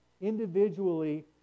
individually